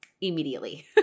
immediately